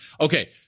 Okay